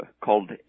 called